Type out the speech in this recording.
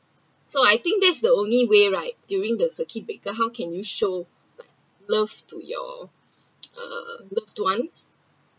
so I think that’s the only way right during the circuit breaker how can you show love to your uh loved one